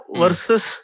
versus